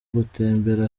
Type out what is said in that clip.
gutembera